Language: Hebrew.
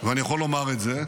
ואני יכול לומר את זה,